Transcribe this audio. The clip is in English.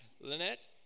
Lynette